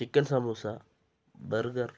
chicken samosa burger